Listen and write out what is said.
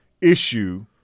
issue